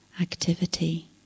activity